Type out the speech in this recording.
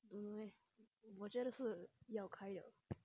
don't know eh 我觉得是要开了